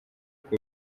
kuko